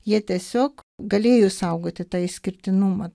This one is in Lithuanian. jie tiesiog galėjo išsaugoti tą išskirtinumą